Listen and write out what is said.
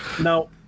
now